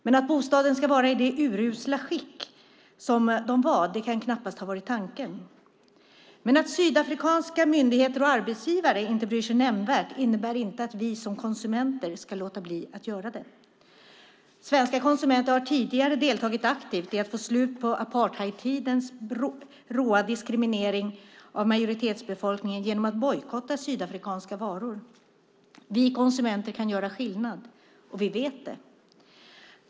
Men att bostäderna skulle vara i det urusla skick de var kan knappast ha varit tanken. Att sydafrikanska myndigheter och arbetsgivare inte bryr sig nämnvärt innebär inte att vi som konsumenter ska låta bli att göra det. Svenska konsumenter har tidigare deltagit aktivt i att få slut på apartheidtidens råa diskriminering av majoritetsbefolkningen genom att bojkotta sydafrikanska varor. Vi konsumenter kan göra skillnad, och vi vet det.